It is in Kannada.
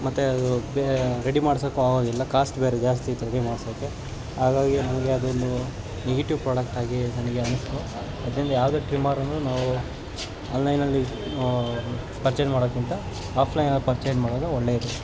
ಮತ್ತು ಅದು ರೆಡಿ ಮಾಡ್ಸೋಕ್ಕೂ ಆಗೋದಿಲ್ಲ ಕಾಸ್ಟ್ ಬೇರೆ ಜಾಸ್ತಿ ಇತ್ತು ರೆಡಿ ಮಾಡ್ಸೋಕ್ಕೆ ಹಾಗಾಗಿ ನಮಗೆ ಅದೊಂದು ನೆಗೆಟಿವ್ ಪ್ರಾಡಕ್ಟ್ ಆಗಿ ನನಗೆ ಅನಿಸ್ತು ಯಾಕೆಂದರೆ ಯಾವುದೇ ಟ್ರಿಮ್ಮರನ್ನೂ ನಾವು ಆನ್ಲೈನಲ್ಲಿ ಪರ್ಚೇಸ್ ಮಾಡೋಕ್ಕಿಂತ ಆಫ್ಲೈನಲ್ಲಿ ಪರ್ಚೇಸ್ ಮಾಡೋದು ಒಳ್ಳೆಯದು